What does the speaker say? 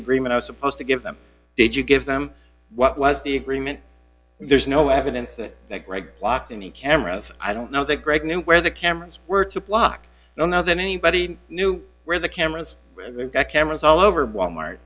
agreement i was supposed to give them did you give them what was the agreement there's no evidence that greg blocked any cameras i don't know that greg knew where the cameras were to block don't know than anybody knew where the cameras got cameras all over walmart